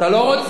לא,